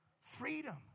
Freedom